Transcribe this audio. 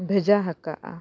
ᱵᱷᱮᱡᱟ ᱟᱠᱟᱫᱼᱟ